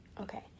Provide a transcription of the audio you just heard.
Okay